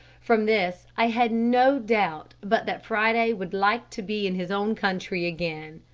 from this i had no doubt but that friday would like to be in his own country again.